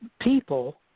people